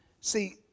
see